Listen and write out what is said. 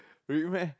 really meh